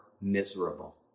miserable